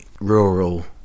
rural